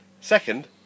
second